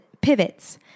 pivots